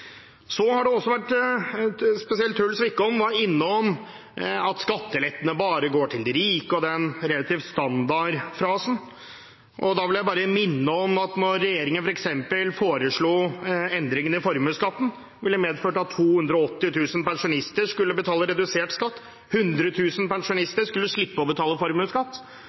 Så var spesielt Truls Wickholm innom den standardfrasen at skattelettene bare går til de rike. Da vil jeg bare minne om at regjeringens forslag til endringer i formuesskatten ville medført at 280 000 pensjonister skulle betale redusert skatt, og 100 000 pensjonister skulle slippe å betale formuesskatt.